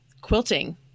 quilting